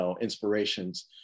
inspirations